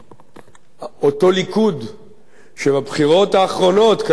אותו ליכוד שבבחירות האחרונות, כידוע לך היטב,